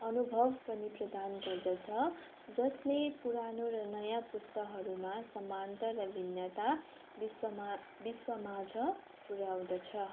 अनुभव पनि प्रदान गर्दछ जसले पुरानो र नयाँ पुस्ताहरूमा समानता र भिन्नता विश्वमा विश्वमाझ पुर्याउँदछ